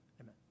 Amen